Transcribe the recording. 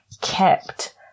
kept